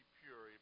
pure